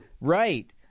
right